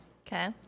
Okay